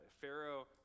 Pharaoh